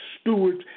stewards